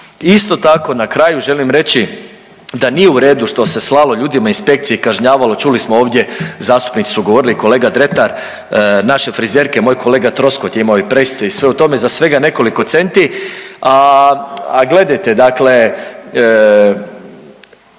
Isto tako, na kraju želim reći da nije u redu što se slalo ljudima inspekcije i kažnjavalo, čuli smo ovdje, zastupnici su govorili, kolega Dretar, naše frizerke, moj kolega Troskot je imao i presice i sve o tome, za svega nekoliko centi, a gledajte, dakle